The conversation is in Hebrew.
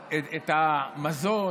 את המזון,